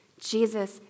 Jesus